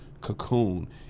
cocoon